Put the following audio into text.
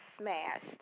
smashed